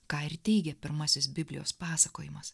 ką ir teigia pirmasis biblijos pasakojimas